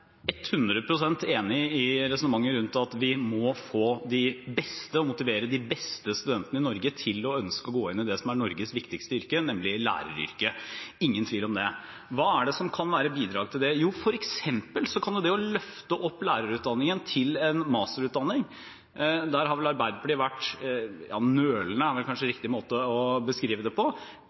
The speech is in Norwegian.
enig i resonnementet om at vi må få de beste – og motivere de beste – studentene i Norge til å ønske å gå inn i det som er Norges viktigste yrke, nemlig læreryrket, det er ingen tvil om det. Hva kan være bidrag til det? For eksempel det å løfte lærerutdanningen opp til en masterutdanning – der har vel Arbeiderpartiet vært nølende, det er kanskje riktig måte å beskrive det på